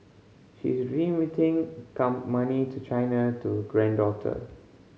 she is remitting come money to China to granddaughter